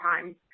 time